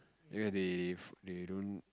ya they they they don't